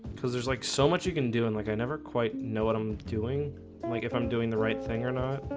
because there's like so much you can do and like i never quite know what i'm doing like if i'm doing the right thing or not,